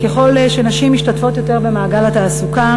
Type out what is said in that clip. ככל שנשים משתתפות יותר במעגל התעסוקה